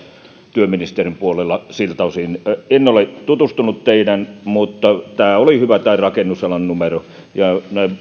työministerin puolella siltä osin en ole tutustunut teidän ohjelmaanne mutta rakennusalan numero oli hyvä näin